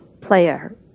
player